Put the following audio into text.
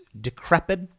decrepit